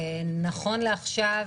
נכון לעכשיו,